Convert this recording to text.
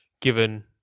given